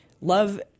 love